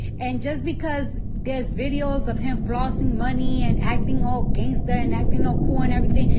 and just because, there's videos of him flossing money and acting all gangster and acting all cool and everything,